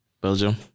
Belgium